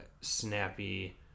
snappy